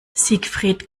siegfried